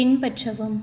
பின்பற்றவும்